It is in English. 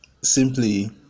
simply